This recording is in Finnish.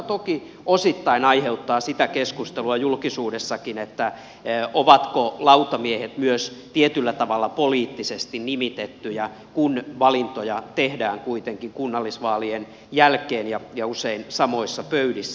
tämä järjestely toki osaltaan aiheuttaa julkisuudessakin keskustelua ovatko lautamiehet myös tietyllä tavalla poliittisesti nimitettyjä kun valintoja tehdään kuitenkin kunnallisvaalien jälkeen ja usein samoissa pöydissä